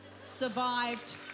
survived